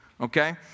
Okay